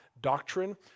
doctrine